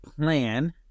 plan